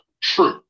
true